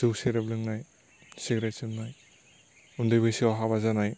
जौ सेरेब लोंनाय सिगारेट सोबनाय उन्दै बैसोआव हाबा जानाय